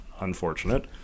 unfortunate